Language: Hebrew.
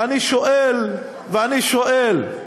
ואני שואל,